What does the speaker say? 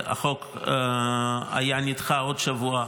והחוק היה נדחה עוד שבוע,